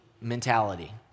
mentality